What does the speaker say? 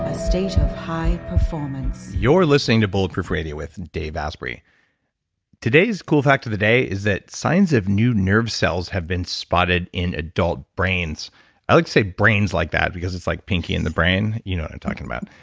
ah state of high performance you're listening to bulletproof radio with dave asprey today's cool fact of the day is signs of new nerve cells have been spotted in adult brains i would like say brains like that because it's like pinky and the brain, you know what i'm talking about.